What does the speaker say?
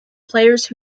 players